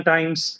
Times